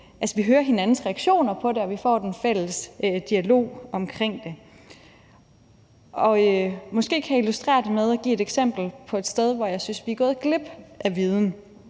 vi hører hinandens reaktioner på det og får den fælles dialog omkring det. Måske kan jeg illustrere det med at give et eksempel på et sted, hvor jeg synes vi er gået glip af viden.